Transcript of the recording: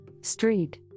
street